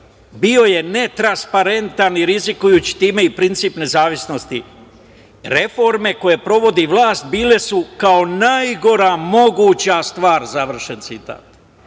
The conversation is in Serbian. bio je netransparentan i rizikujući time i princip nezavisnosti. Reforme, koje provodi vlast bile su kao najgora moguća stvar,